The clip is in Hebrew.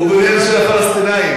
הוא בונה בשביל הפלסטינים.